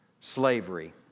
slavery